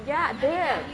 ya damn